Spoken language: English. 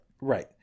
right